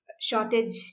shortage